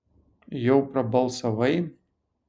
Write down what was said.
jau prabalsavai